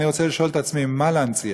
אני רוצה לשאול את עצמי: מה להנציח?